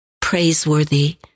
praiseworthy